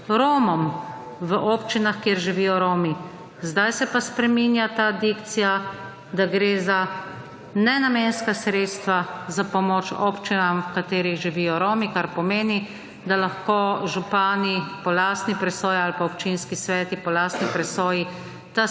Romom v občinah kjer živijo Romi. Sedaj se pa spreminja ta dikcija, da gre za nenamenska sredstva za pomoč občinam v katerih živijo Romi. Kar pomeni, da lahko župani po lastni presoji ali pa občinski sveti po lastni presoji